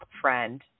friend